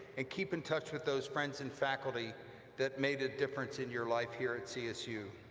and keep in touch with those friends and faculty that made a difference in your life here at csu.